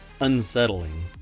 unsettling